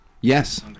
Yes